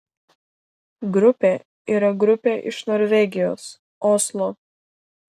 grupė yra grupė iš norvegijos oslo